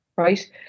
right